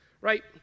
right